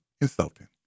insulting